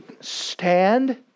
Stand